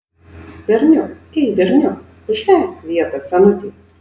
berniuk ei berniuk užleisk vietą senutei